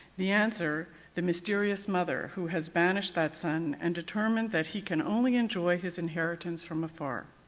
the answer the mysterious mother who has banished that son and determined that he can only enjoy his inheritance from afar.